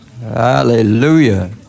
Hallelujah